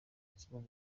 kibazo